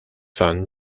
son